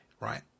Right